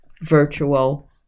virtual